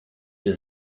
się